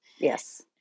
Yes